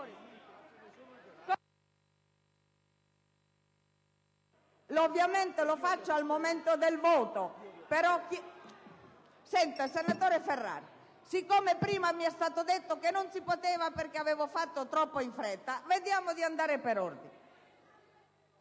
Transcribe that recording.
Ovviamente lo faccio al momento del voto. *(Proteste del senatore Ferrara)*. Senatore Ferrara, siccome prima mi è stato detto che non si poteva perché avevo fatto troppo in fretta, vediamo di andare per ordine.